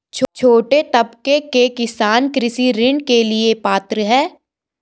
छोटे तबके के किसान कृषि ऋण के लिए पात्र हैं?